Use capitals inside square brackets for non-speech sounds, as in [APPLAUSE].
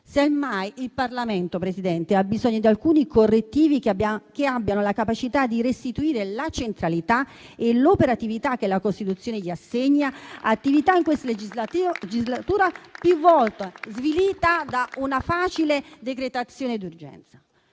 il Parlamento ha bisogno di alcuni correttivi che abbiano la capacità di restituire la centralità e l'operatività che la Costituzione gli assegna; [APPLAUSE] attività in questa legislatura più volte svilita da una facile decretazione d'urgenza.